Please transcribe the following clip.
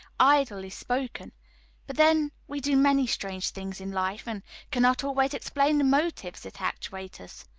idly spoken but then we do many strange things in life, and cannot always explain the motives that actuate us.